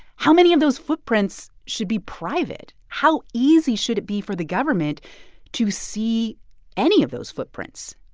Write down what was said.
how many of those footprints should be private? how easy should it be for the government to see any of those footprints?